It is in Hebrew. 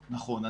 נכון.